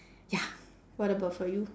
ya what about for you